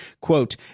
quote